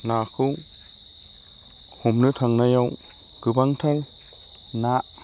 नाखौ हमनो थांनायाव गोबांथार ना